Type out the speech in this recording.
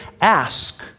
ask